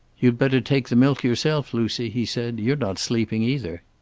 you'd better take the milk yourself, lucy, he said. you're not sleeping either.